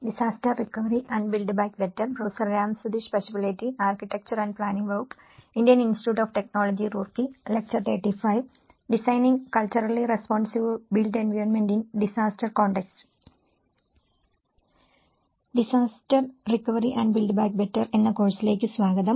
disaster recovery and build back better എന്ന കോഴ്സിലേക്ക് സ്വാഗതം